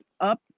up